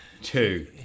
Two